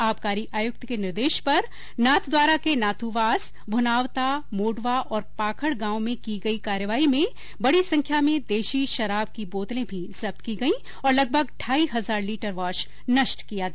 आबाकारी आयुक्त के निर्देश पेर नाथद्वारा के नाथूवास भुनावता मोडवा और पाखड गांव में की गई कार्यवाही में बडी संख्या में देशी शराब की बोतले भी जब्त की गई और लगभग ढाई हजार लीटर वॉश नष्ट किया गया